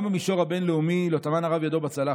גם במישור הבין-לאומי לא טמן הרב ידו בצלחת.